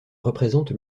représente